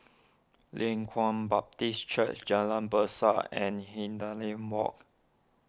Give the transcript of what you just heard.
Leng Kwang Baptist Church Jalan Besar and Hindhede Walk